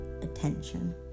attention